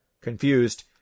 Confused